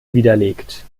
widerlegt